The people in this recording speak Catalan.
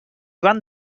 joan